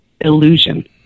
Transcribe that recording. illusion